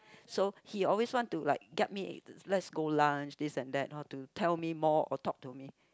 so he always want to like get me let's go lunch this and that to tell me more or talk to me